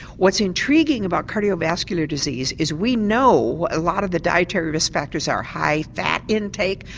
what's intriguing about cardiovascular disease is we know a lot of the dietary respecters are high fat intake,